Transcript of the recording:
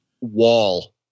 wall